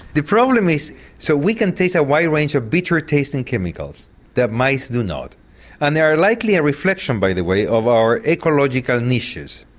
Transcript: the problem is so we can taste a wide range of bitter taste in chemicals that mice do not and they are likely a reflection by the way of our ecological niches.